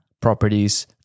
properties